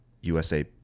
USA